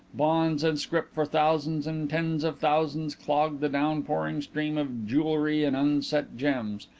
bonds and scrip for thousands and tens of thousands clogged the downpouring stream of jewellery and unset gems.